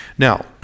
Now